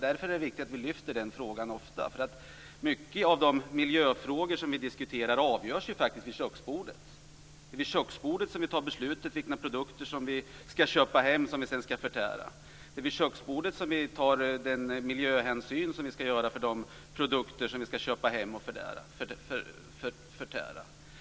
Därför är det viktigt att vi lyfter fram den frågan ofta. Många av de miljöfrågor som vi diskuterar avgörs vid köksbordet. Det är vid köksbordet som vi fattar beslutet vilka produkter vi skall köpa hem och sedan förtära. Det är vid köksbordet som vi tar de miljöhänsyn som vi skall ta i fråga om de produkter som vi skall köpa hem och förtära.